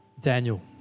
daniel